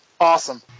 awesome